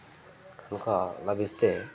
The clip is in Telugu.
కా లభిస్తే